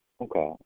okay